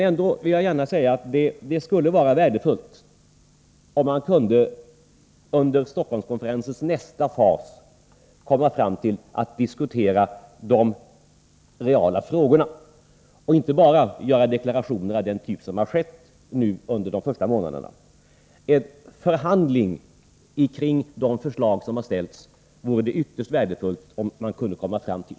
Jag vill emellertid säga att det ändå skulle vara värdefullt, om man under Stockholmskonferensens nästa fas kunde komma fram till en diskussion i de reala frågorna, så att man inte bara gör deklarationer av den typ som vi har mött under de här månaderna. Det vore ytterst värdefullt, om man kunde komma fram till förhandlingar om de framlagda förslagen.